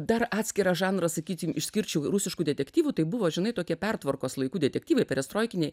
dar atskirą žanrą sakykim išskirčiau rusiškų detektyvų tai buvo žinai tokia pertvarkos laikų detektyvai perestroikiniai